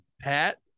Pat